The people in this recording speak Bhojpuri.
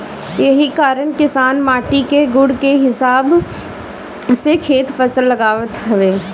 एही कारण किसान माटी के गुण के हिसाब से खेत में फसल लगावत हवे